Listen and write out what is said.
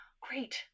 great